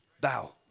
bow